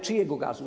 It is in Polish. Czyjego gazu?